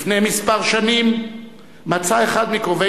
לפני כמה שנים מצא אחד מקרובי